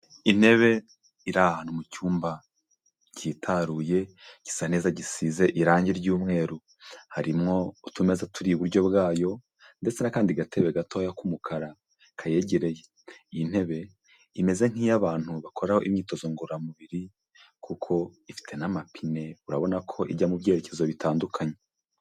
Intebe iri ahantu mu cyumba cyitaruye, gisa neza gisize irangi ry'umweru, harimwo utumeza turi iburyo bwayo ndetse n'akandi gatebe gatoya k'umukara kayegereye, iyi ntebe imeze nk'iy'abantu bakora imyitozo ngororamubiri kuko ifite n'amapine urabona ko ijya mu byerekezo bitandukanye.